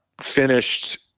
finished